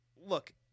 Look